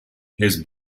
his